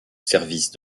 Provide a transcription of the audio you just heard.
service